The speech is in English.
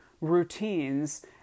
routines